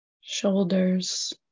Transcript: shoulders